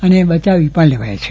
અને બચાવી પણ લેવાય છે